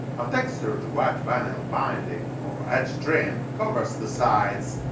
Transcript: a textured white vinyl binding or edge trim covers the sides,